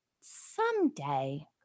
someday